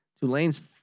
Tulane's